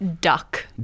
Duck